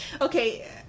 Okay